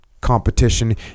Competition